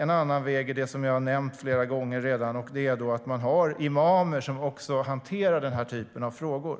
En annan väg är det som jag flera gånger har nämnt, nämligen att ha imamer som hanterar den typen av frågor.